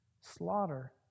slaughter